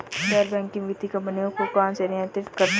गैर बैंकिंग वित्तीय कंपनियों को कौन नियंत्रित करता है?